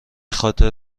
خاطر